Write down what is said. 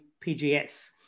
PGS